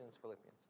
Philippians